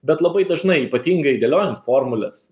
bet labai dažnai ypatingai dėliojant formules